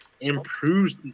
improves